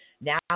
Now